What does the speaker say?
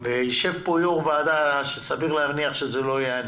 ישב כאן יושב ראש ועדה שסביר להניח שזה לא יהיה אני,